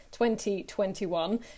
2021